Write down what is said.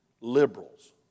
liberals